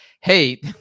hey